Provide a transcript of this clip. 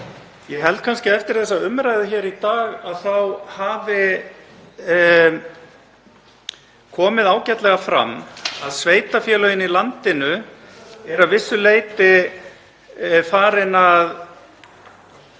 Ég held kannski að eftir þessa umræðu hér í dag hafi komið ágætlega fram að sveitarfélögin í landinu eru að vissu leyti, vegna